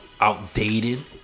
outdated